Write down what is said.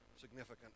significant